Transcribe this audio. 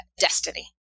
destiny